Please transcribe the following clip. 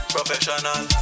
Professional